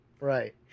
Right